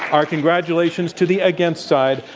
our congratulations to the against side.